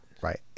right